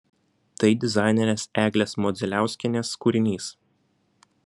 tai dizainerės eglės modzeliauskienės kūrinys